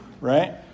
right